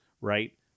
right